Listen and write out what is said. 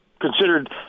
considered